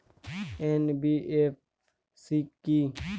NBFC কী?